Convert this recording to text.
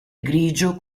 grigio